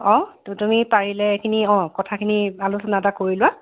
অ তুমি পাৰিলে এইখিনি অ কথাখিনি আলোচনা এটা কৰি লোৱা